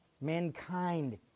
mankind